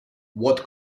what